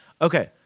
Okay